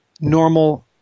normal